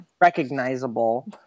Recognizable